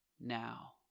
now